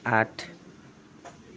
আঠ